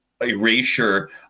erasure